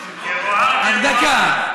רק דקה.